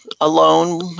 alone